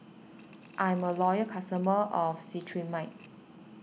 I'm a loyal customer of Cetrimide